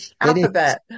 Alphabet